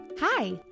Hi